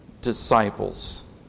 disciples